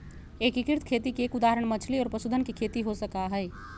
एकीकृत खेती के एक उदाहरण मछली और पशुधन के खेती हो सका हई